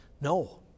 no